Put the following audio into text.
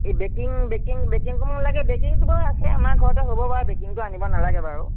এই baking baking বেকিংটো নালাগে বেকিংটো বাৰু আছে আমাৰ ঘৰতে হ'ব বাৰু বেকিংটো আনিব নালাগে বাৰু